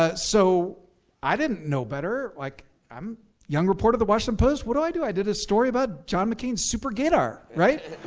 ah so i didn't know better. like i'm young reporter at the washington post, what do i do? i did a story about john mccain's super gaydar, right?